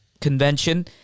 convention